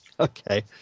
Okay